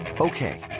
Okay